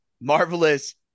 Marvelous